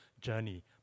journey